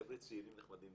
חבר'ה צעירים נחמדים,